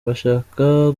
bashaka